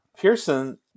Pearson